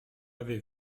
avez